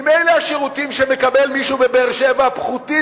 ממילא השירותים שמקבל מישהו בבאר-שבע פחותים